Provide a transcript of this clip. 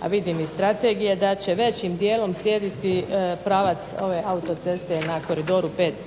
a vidim iz strategije, da će većim dijelom slijediti pravac ove autoceste na koridoru VC